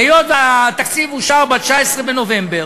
היות שהתקציב אושר ב-19 בנובמבר,